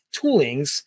toolings